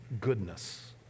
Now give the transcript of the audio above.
goodness